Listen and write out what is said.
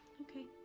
Okay